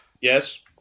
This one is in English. Yes